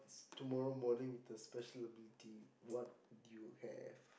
tomorrow morning with a special ability what would you have